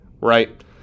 right